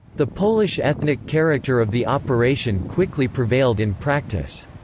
the polish ethnic character of the operation quickly prevailed in practice.